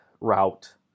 route